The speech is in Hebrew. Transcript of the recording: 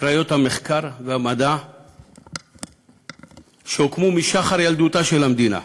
קריות המחקר והמדע שהוקמו משחר ילדותה של המדינה,